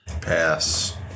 Pass